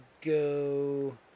go